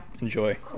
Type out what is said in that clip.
enjoy